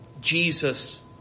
Jesus